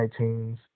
iTunes